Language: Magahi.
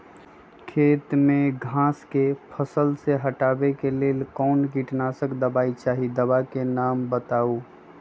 खेत में घास के फसल से हटावे के लेल कौन किटनाशक दवाई चाहि दवा का नाम बताआई?